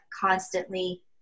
constantly